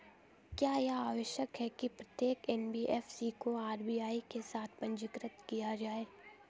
क्या यह आवश्यक है कि प्रत्येक एन.बी.एफ.सी को आर.बी.आई के साथ पंजीकृत किया जाए?